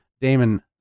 Damon